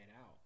out